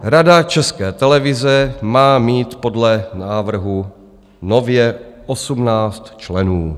Rada České televize má mít podle návrhu nově 18 členů.